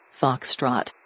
Foxtrot